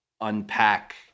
unpack